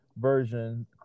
version